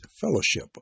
fellowship